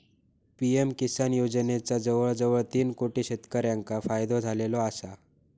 PM Kisan योजनेचो जवळजवळ तीन कोटी शेतकऱ्यांका फायदो झालेलो आसा